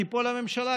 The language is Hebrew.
תיפול הממשלה,